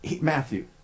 Matthew